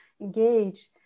engage